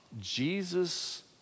Jesus